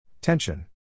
Tension